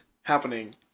happening